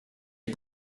est